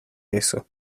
eso